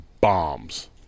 bombs